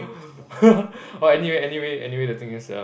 oh anyway anyway anyway the thing is erm